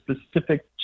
specific